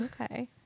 Okay